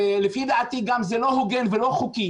לפי דעתי זה לא הוגן ולא חוקי